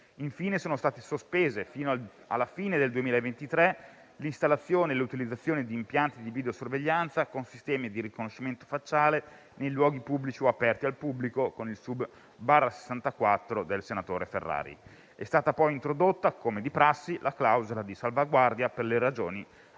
Infine, sono state sospese, fino alla fine del 2023, l'installazione e l'utilizzazione di impianti di videosorveglianza con sistemi di riconoscimento facciale nei luoghi pubblici o aperti al pubblico, con il subemendamento 9.100/64 (testo 2) del senatore Ferrari. È stata poi introdotta, come di prassi, la clausola di salvaguardia per le Regioni a